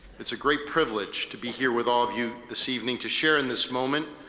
it's a great privilege to be here with all of you this evening to share in this moment,